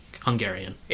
Hungarian